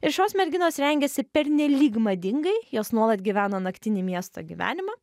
ir šios merginos rengėsi pernelyg madingai jos nuolat gyveno naktinį miesto gyvenimą